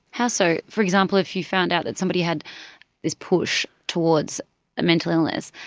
how so? for example if you found out that somebody had this push towards a mental illness,